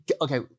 okay